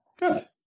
Good